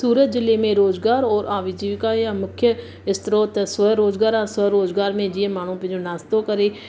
सूरत जिले में रोज़गार और आविजीविका जा मुख्य स्त्रोत स्वरोज़गारु आहे स्वरोज़गार में जीअं माण्हू पंहिंजो नास्तो करे